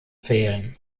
fehlen